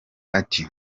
ati